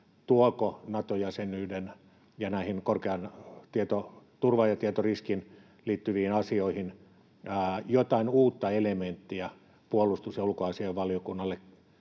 tuoko Nato-jäsenyys näihin korkeaan tietoturvaan ja tietoriskiin liittyviin asioihin jotain uutta elementtiä puolustus- ja ulkoasiainvaliokunnalle,